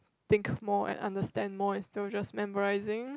think more and understand more instead of just memorizing